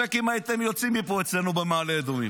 ספק אם הייתם יוצאים מפה, אצלנו במעלה אדומים.